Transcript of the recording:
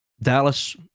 Dallas